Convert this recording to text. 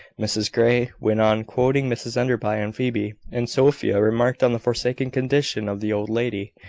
mrs grey went on quoting mrs enderby and phoebe, and sophia remarked on the forsaken condition of the old lady,